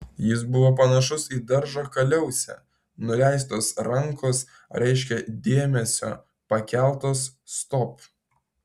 jis buvo panašus į daržo kaliausę nuleistos rankos reiškė dėmesio pakeltos stop